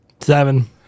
Seven